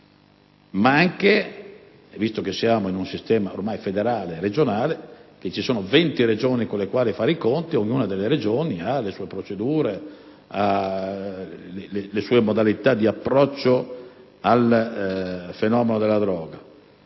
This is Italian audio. Inoltre, visto che siamo in un sistema ormai federale regionale e vi sono 20 Regioni con le quali fare i conti, ogni Regione ha proprie procedure e modalità di approccio al fenomeno della droga.